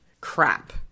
crap